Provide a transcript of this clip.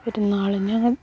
പെരുന്നാളിന്